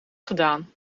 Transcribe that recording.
gedaan